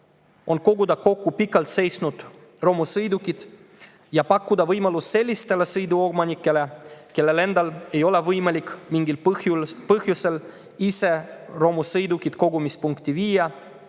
on koguda kokku pikalt seisnud romusõidukid ja pakkuda võimalust sellistele sõidukiomanikele, kellel endal ei ole mingil põhjusel võimalik romusõidukit kogumispunkti viia